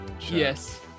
Yes